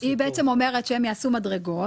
היא בעצם אומרת שהם יעשו מדרגות.